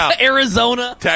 Arizona